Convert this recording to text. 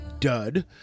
Dud